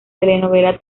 telenovela